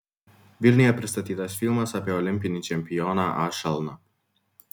vilniuje pristatytas filmas apie olimpinį čempioną a šalną